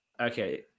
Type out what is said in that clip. Okay